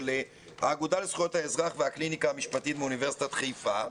של האגודה לזכויות האזרח והקליניקה המשפטית מאוניברסיטת חיפה,